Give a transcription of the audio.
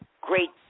great